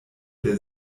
der